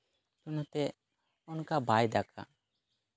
ᱚᱱᱟᱛᱮ ᱚᱱᱠᱟ ᱵᱟᱭ ᱫᱟᱜᱟ